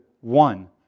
one